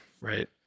right